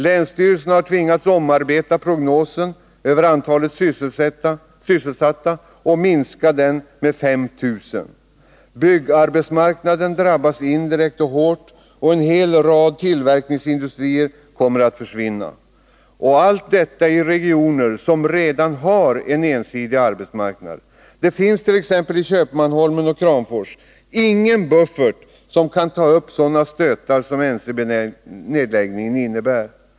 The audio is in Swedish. Länsstyrelsen har tvingats omarbeta prognosen över antalet sysselsatta och minska den med 5 000. Byggarbetsmarknaden drabbas indirekt och hårt och en hel rad tillverkningsindustrier kommer att försvinna. Och allt detta i regioner som redan har en ensidig arbetsmarknad. Det finns t.ex. i Köpmanholmen och Kramfors ingen buffert som kan ta emot sådana stötar som NCB nedläggningarna innebär.